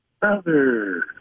brother